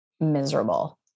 Miserable